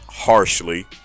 harshly